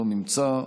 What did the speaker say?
לא נמצא,